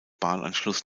bahnanschluss